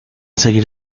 seguir